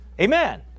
amen